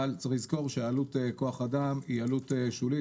אבל צריך לזכור שהעלות כוח אדם היא עלות שולית